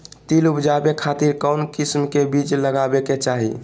तिल उबजाबे खातिर कौन किस्म के बीज लगावे के चाही?